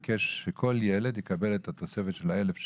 שכל ילד יקבל את התוספת של האלף שקל,